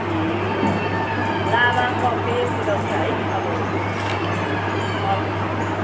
ए हजुर हजुर लाभा कफेरतिर नि है अब